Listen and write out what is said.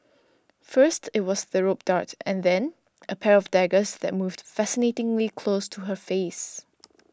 first it was the rope dart and then a pair of daggers that moved fascinatingly close to her face